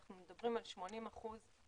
אנחנו מדברים על 80% - חשמל,